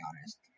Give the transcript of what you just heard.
honest